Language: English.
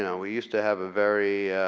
yeah we use to have a very